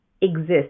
exist